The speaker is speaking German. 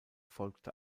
folgte